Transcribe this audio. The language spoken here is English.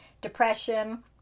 depression